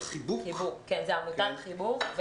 עמותת "חיבוק".